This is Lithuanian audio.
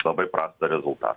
labai prastą rezulta